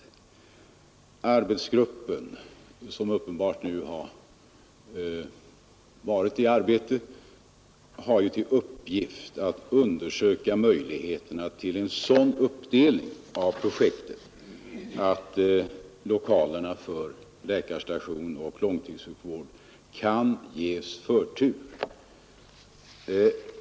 Den arbetsgrupp som sysslat med dessa frågor har som uppgift att undersöka möjligheterna för en sådan uppdelning av projektet att lokalerna för läkarstation och långtidssjukvård kan ges förtur.